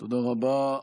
תודה רבה.